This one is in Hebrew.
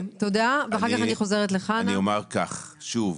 אני אומר כך, שוב,